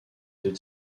deux